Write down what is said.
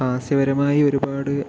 ഹാസ്യപരമായി ഒരുപാട്